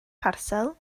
parsel